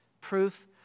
Proof